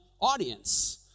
audience